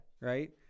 Right